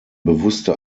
bewusste